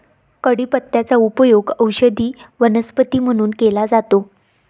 कढीपत्त्याचा उपयोग औषधी वनस्पती म्हणून केला जातो